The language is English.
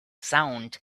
sound